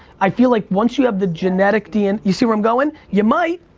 i feel like once you have the genetic dn. you see where i'm going? ya might,